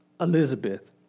Elizabeth